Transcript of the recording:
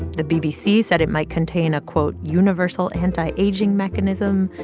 the bbc said it might contain a, quote, universal anti-aging mechanism.